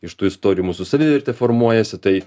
iš tų istorijų mūsų savivertė formuojasi tai